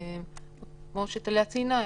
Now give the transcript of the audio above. כמו שטליה ציינה,